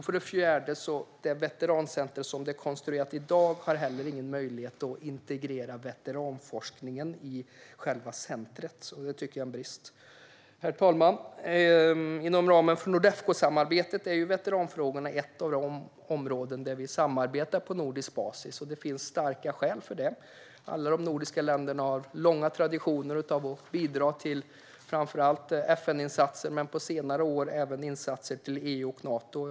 För det fjärde har dagens veterancenter inte heller någon möjlighet att integrera veteranforskningen i själva centret, vilket är en brist. Herr talman! Veteranfrågorna är ett av områdena inom det nordiska samarbetet i Nordefco. Det finns starka skäl för detta. Alla de nordiska länderna har lång tradition av att bidra till framför allt FN-insatser men på senare år även EU och Natoinsatser.